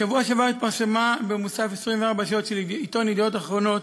בשבוע שעבר התפרסמה במוסף "24 שעות" של העיתון "ידיעות אחרונות"